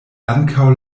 ankaŭ